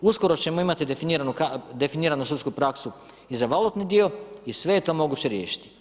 Uskoro ćemo imati definiranu sudsku praksu i za valutni dio i sve je to moguće riješiti.